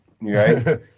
right